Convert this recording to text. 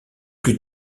plus